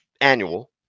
annual